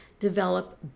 develop